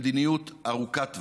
ולמדיניות ארוכת טווח.